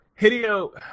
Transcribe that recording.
Hideo